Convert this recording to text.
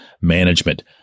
management